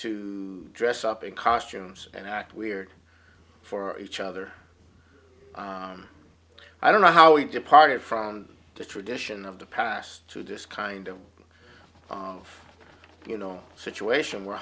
to dress up in costumes and act weird for each other i don't know how we departed from the tradition of the past to this kind of you know situation where